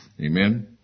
Amen